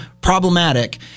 problematic